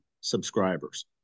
subscribers